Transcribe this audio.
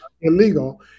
illegal